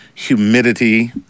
Humidity